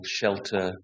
shelter